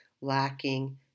lacking